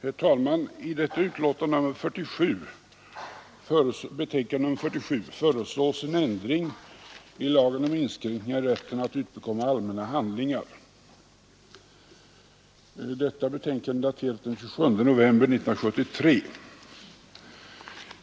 Herr talman! I detta betänkande nr 47 föreslås en ändring i lagen om inskränkningar i rätten att utbekomma allmänna handlingar. Betänkandet är daterat den 27 november 1973.